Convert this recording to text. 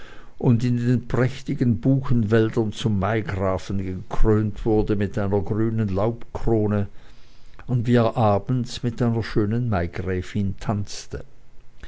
und in den prächtigen buchenwäldern zum maigrafen gekrönt wurde mit einer grünen laubkrone und wie er abends mit einer schönen maigräfin tanzte